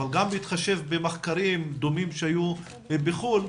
אבל גם בהתחשב במחקרים דומים שהיו בחו"ל,